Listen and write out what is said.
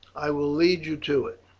i will lead you to it.